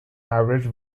average